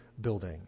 building